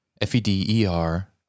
F-E-D-E-R